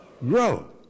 Grow